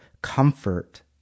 comfort